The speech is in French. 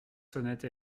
sonnette